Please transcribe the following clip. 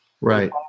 Right